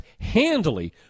handily